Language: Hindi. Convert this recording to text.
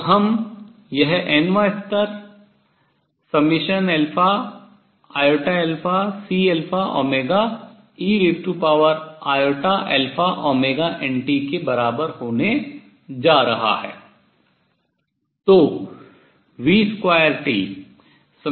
तो हम यह nवां स्तर iαCeiαωnt के बराबर होने जा रहा है